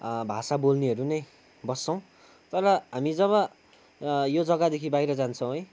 भाषा बोल्नेहरू नै बस्छौँ तर हामी जब यो जग्गादेखि बाहिर जान्छौँ है